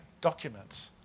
documents